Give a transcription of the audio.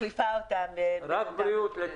"טיוטת